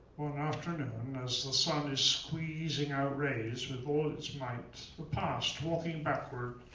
one afternoon as the sun is squeezing out rays with all its might, the past, walking backward,